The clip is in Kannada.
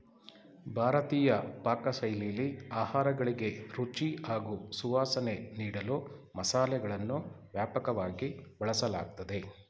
ಭಾರತೀಯ ಪಾಕಶೈಲಿಲಿ ಆಹಾರಗಳಿಗೆ ರುಚಿ ಹಾಗೂ ಸುವಾಸನೆ ನೀಡಲು ಮಸಾಲೆಗಳನ್ನು ವ್ಯಾಪಕವಾಗಿ ಬಳಸಲಾಗ್ತದೆ